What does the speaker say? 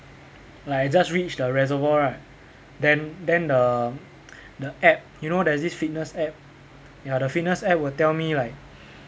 like I just reached the reservoir right then then the the app you know there's this fitness app ya the fitness app will tell me like